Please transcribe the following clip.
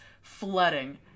flooding